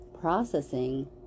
Processing